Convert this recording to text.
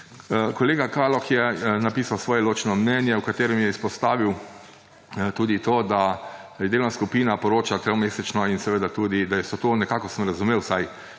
Kolega Kaloh je napisal svoje ločeno mnenje, v katerem je izpostavil tudi to, da delovna skupina poroča tromesečno in tudi da so to, nekako sem razumel